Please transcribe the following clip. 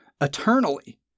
eternally